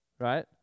right